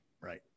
right